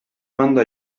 mando